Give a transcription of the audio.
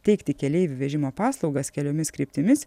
teikti keleivių vežimo paslaugas keliomis kryptimis